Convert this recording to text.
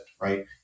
right